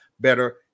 better